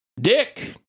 Dick